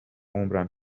عمرم